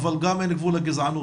אין גבול לחוצפה.